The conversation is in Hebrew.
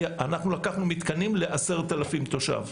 לקחנו מתקנים ל-10,000 תושבים.